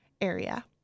area